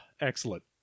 Excellent